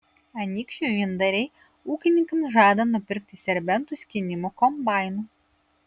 anykščių vyndariai ūkininkams žada nupirkti serbentų skynimo kombainų